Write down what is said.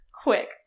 quick